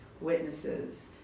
witnesses